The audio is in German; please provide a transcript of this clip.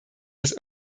des